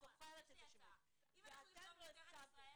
את זוכרת שזה היה ואתם לא הסכמתם.